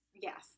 yes